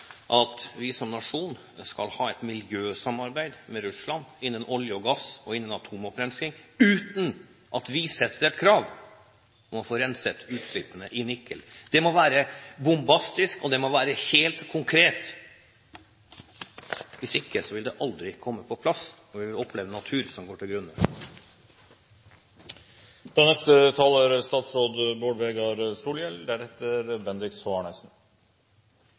at vi som nasjon skal ha et miljøsamarbeid med Russland innen olje og gass og atomopprensning uten at vi setter et krav om å få renset utslippene i Nikel. Det må være bombastisk, og det må være helt konkret. Hvis ikke vil det aldri komme på plass, og vi vil oppleve en natur som går til grunne. Det som er